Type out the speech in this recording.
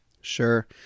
Sure